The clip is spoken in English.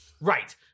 Right